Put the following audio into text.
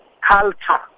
culture